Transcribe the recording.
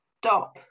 stop